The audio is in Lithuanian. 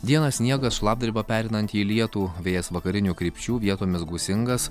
dieną sniegas šlapdriba pereinanti į lietų vėjas vakarinių krypčių vietomis gūsingas